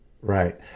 Right